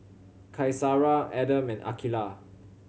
Qaisara Adam and Aqilah